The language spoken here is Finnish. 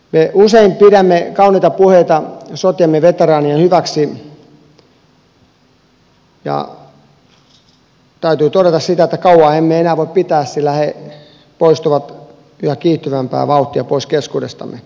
me usein pidämme kauniita puheita sotiemme veteraanien hyväksi ja täytyy todeta että kauan emme enää voi pitää sillä he poistuvat yhä kiihtyvämpää vauhtia keskuudestamme